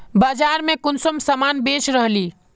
बाजार में कुंसम सामान बेच रहली?